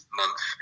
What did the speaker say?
month